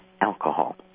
alcohol